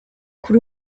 kuri